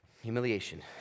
Humiliation